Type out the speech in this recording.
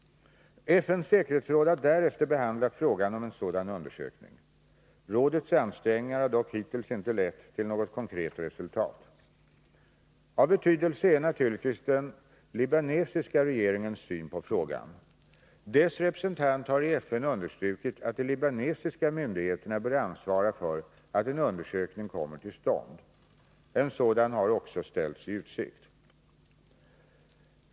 FN:s säkerhetsråd har därefter behandlat frågan om en sådan undersökning. Rådets ansträngningar har dock hittills inte lett till något konkret resultat. Av betydelse är naturligtvis den libanesiska regeringens syn på frågan. Dess representant har i FN understrukit att de libanesiska myndigheterna bör ansvara för att en undersökning kommer till stånd. En sådan har också ställts i utsikt.